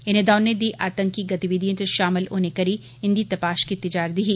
इनें दौनें दी आतंकी गतिविधियें च शामल होने करी इन्दी तपाश कीती जा'रदी ही